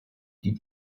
die